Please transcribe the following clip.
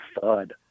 thud